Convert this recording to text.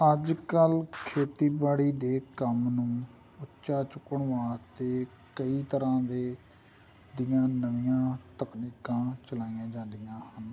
ਅੱਜ ਕੱਲ੍ਹ ਖੇਤੀਬਾੜੀ ਦੇ ਕੰਮ ਨੂੰ ਉੱਚਾ ਚੁੱਕਣ ਵਾਸਤੇ ਕਈ ਤਰ੍ਹਾਂ ਦੇ ਦੀਆਂ ਨਵੀਆਂ ਤਕਨੀਕਾਂ ਚਲਾਈਆਂ ਜਾਂਦੀਆਂ ਹਨ